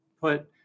put